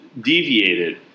deviated